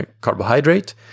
carbohydrate